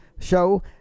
show